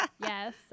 Yes